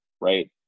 right